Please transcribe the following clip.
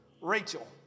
Rachel